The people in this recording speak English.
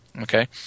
okay